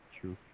True